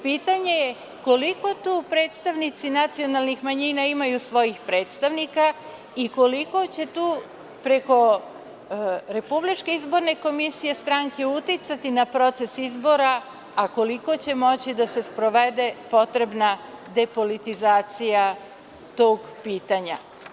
Pitanje je koliko tu predstavnici nacionalnih manjina imaju svojih predstavnika i koliko će tu preko Republičke izborne komisije stranke uticati na proces izbora, a koliko će moći da se sprovede potrebna depolitizacija tog pitanja.